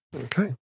Okay